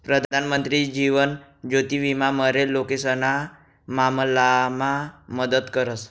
प्रधानमंत्री जीवन ज्योति विमा मरेल लोकेशना मामलामा मदत करस